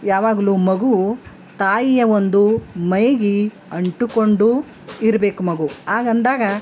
ಯಾವಾಗಲು ಮಗು ತಾಯಿಯ ಒಂದು ಮೈಗೆ ಅಂಟಿಕೊಂಡು ಇರಬೇಕು ಮಗು ಆಗಂದಾಗ